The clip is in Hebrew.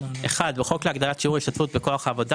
תיקון חוק להגדלת שיעור ההשתתפות בכוח העבודה